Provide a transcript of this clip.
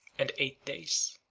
and eight days.